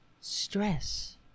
stress